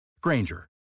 Granger